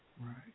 Right